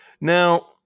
Now